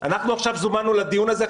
אני מתכבד לפתוח את הדיון.